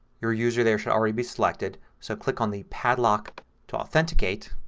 your user there should already be selected. so click on the padlock to authenticate.